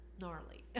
gnarly